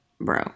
Bro